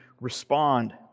respond